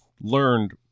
learned